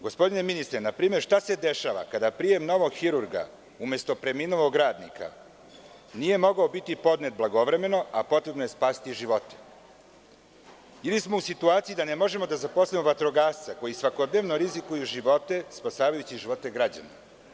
Gospodine ministre, šta se dešava kada prijem novog hirurga umesto preminulog radnika nije mogao biti podnet blagovremeno, a potrebno je spasiti živote ili smo u situaciji da ne možemo da zaposlimo vatrogasce koji svakodnevno rizikuje živote spasavajući živote građana?